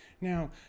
Now